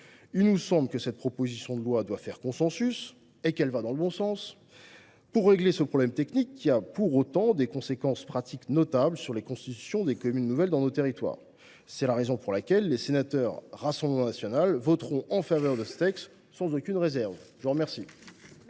Il nous semble que cette proposition de loi doit faire consensus et qu’elle va dans le bon sens pour régler ce problème technique qui a, pour autant, des conséquences pratiques notables sur la constitution de communes nouvelles dans nos territoires. C’est la raison pour laquelle les sénateurs du Rassemblement national voteront en faveur de ce texte sans aucune réserve. La parole